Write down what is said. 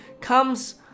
comes